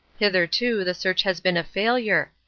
hitherto the search has been a failure,